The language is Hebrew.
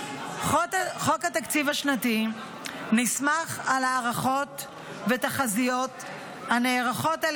"חוק התקציב השנתי נסמך על הערכות ותחזיות הנערכות על